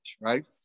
right